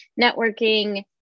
networking